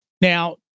Now